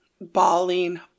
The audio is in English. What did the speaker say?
bawling